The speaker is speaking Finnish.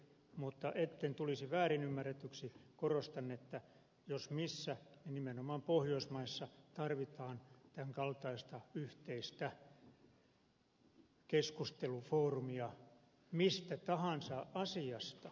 mutta etten tulisi väärin ymmärretyksi korostan että jos missä niin nimenomaan pohjoismaissa tarvitaan tämän kaltaista yhteistä keskustelufoorumia mistä tahansa asiasta